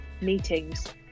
meetings